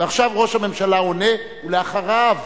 ועכשיו ראש הממשלה עונה, ואחריו